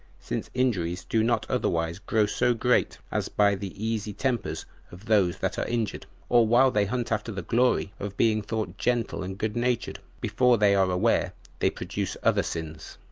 since injuries do not otherwise grow so great as by the easy tempers of those that are injured or while they hunt after the glory of being thought gentle and good-natured, before they are aware they produce other sins.